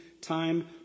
time